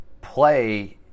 play